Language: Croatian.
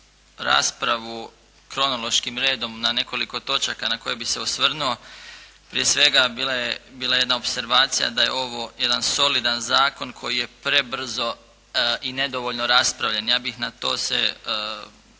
raspravu kronološkim redom na nekoliko točaka na koje bih se osvrnuo. Prije svega bila je jedna opservacija da je ovo jedan solidan zakon koji je prebrzo i nedovoljno raspravljen. Ja bih na to se